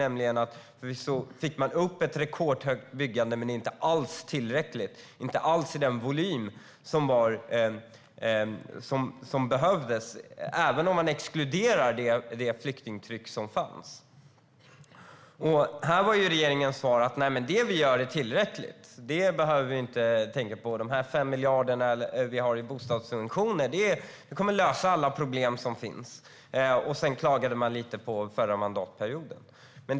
Visserligen fick man upp ett rekordhögt byggande men inte alls tillräckligt, inte alls de volymer som behövdes, även om man exkluderar det flyktingtryck som fanns. Här var regeringens svar att det man gjorde var tillräckligt. Det behövde vi inte tänka på. De 5 miljarderna i bostadssubventioner skulle lösa alla problem. Sedan klagade man lite på den förra mandatperioden.